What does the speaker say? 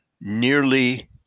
nearly